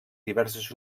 diverses